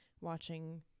watching